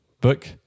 book